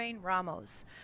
Ramos